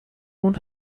اون